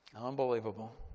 Unbelievable